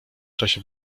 czasie